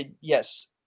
Yes